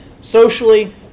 socially